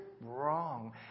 wrong